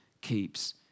keeps